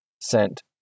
sent